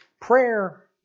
Prayer